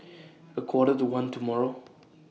A Quarter to one tomorrow